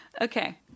Okay